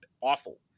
awful